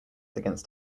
against